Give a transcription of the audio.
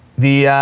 the